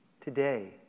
Today